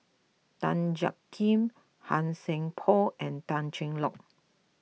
Tan Jiak Kim Han Sai Por and Tan Cheng Lock